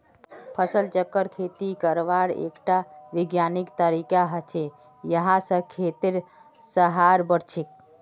फसल चक्र खेती करवार एकटा विज्ञानिक तरीका हछेक यहा स खेतेर सहार बढ़छेक